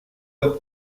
leur